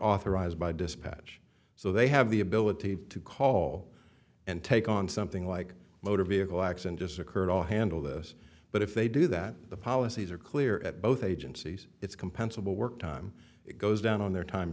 authorized by dispatch so they have the ability to call and take on something like motor vehicle accident just occurred or handle this but if they do that the policies are clear at both agencies it's compensable work time it goes down on their time